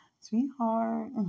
Sweetheart